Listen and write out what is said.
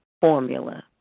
formula